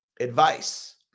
advice